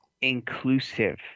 inclusive